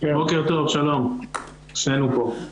בוקר טוב, שלום, שנינו כאן.